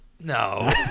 no